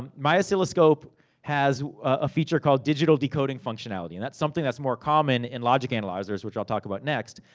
um my oscilloscope has a feature called digital decoding functionality. and that's something that's more common in logic analyzers. which i'll talk about next.